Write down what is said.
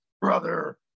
brother